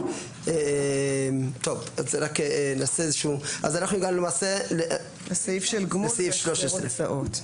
אנחנו הגענו למעשה לסעיף 13. לסעיף של גמול והחזר הוצאות,